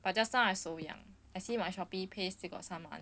but just now I 手痒 I see my shopee pay still got some money